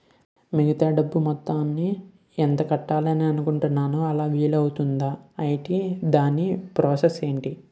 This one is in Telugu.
మిగతా డబ్బు మొత్తం ఎంత కట్టాలి అనుకుంటున్నాను అలా వీలు అవ్తుంధా? ఐటీ దాని ప్రాసెస్ ఎంటి?